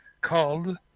called